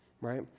right